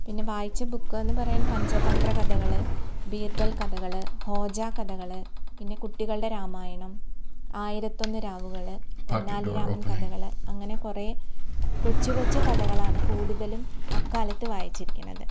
പിന്നെ വായിച്ച ബുക്ക് എന്ന് പറയാന് പഞ്ചതന്ത്ര കഥകൾ ബീര്ബല് കഥകൾ ഹോജാ കഥകൾ പിന്നെ കുട്ടികളുടെ രാമായണം ആയിരത്തൊന്ന് രാവുകൾ തെന്നാലിരാമന് കഥകൾ അങ്ങനെ കുറേ കൊച്ച് കൊച്ച് കഥകളാണ് കൂടുതലും അക്കാലത്ത് വായിച്ചിരിക്കുന്നത്